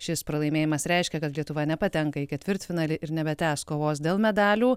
šis pralaimėjimas reiškia kad lietuva nepatenka į ketvirtfinalį ir nebetęs kovos dėl medalių